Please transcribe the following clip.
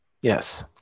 Yes